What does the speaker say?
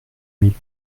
mille